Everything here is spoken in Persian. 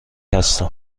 هستم